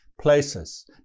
places